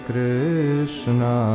Krishna